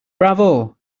bravo